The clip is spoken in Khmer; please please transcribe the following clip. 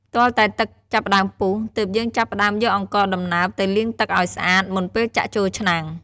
ទាល់តែទឹកចាប់ផ្ដើមពុះ ទើបយើងចាប់ផ្ដើមយកអង្ករដំណើបទៅលាងទឹកឱ្យស្អាត មុនពេលចាក់ចូលឆ្នាំង។